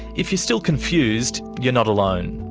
if you're still confused, you're not alone.